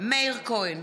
מאיר כהן,